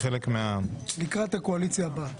לקראת הקואליציה הבאה...